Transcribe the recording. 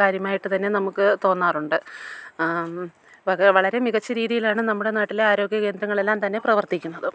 കാര്യമായിട്ട് തന്നെ നമുക്ക് തോന്നാറുണ്ട് വക വളരെ മികച്ച രീതിയിലാണ് നമ്മുടെ നാട്ടിലെ ആരോഗ്യ കേന്ദ്രങ്ങളെല്ലാം തന്നെ പ്രവർത്തിക്കുന്നത്